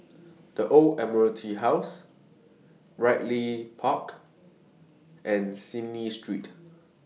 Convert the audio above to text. The Old Admiralty House Ridley Park and Cecil Street